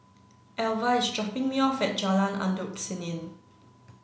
Alva is dropping me off at Jalan Endut Senin